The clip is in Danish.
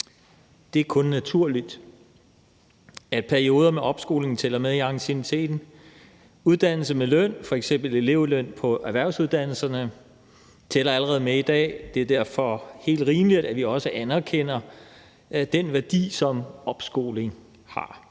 Det er kun naturligt, at perioder med opskoling tæller med i ancienniteten. Uddannelse med løn, f.eks. elevløn på erhvervsuddannelserne, tæller allerede med i dag. Det er derfor helt rimeligt, at vi også anerkender den værdi, som opskoling har.